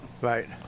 Right